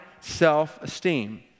self-esteem